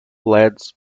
led